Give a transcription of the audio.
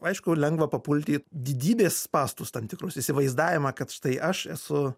aišku lengva papulti į didybės spąstus tam tikrus įsivaizdavimą kad štai aš esu